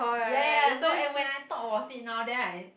ya ya no and when I talk about it now then I